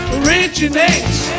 originates